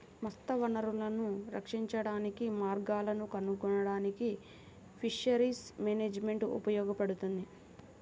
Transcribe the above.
మత్స్య వనరులను రక్షించడానికి మార్గాలను కనుగొనడానికి ఫిషరీస్ మేనేజ్మెంట్ ఉపయోగపడుతుంది